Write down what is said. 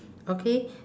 okay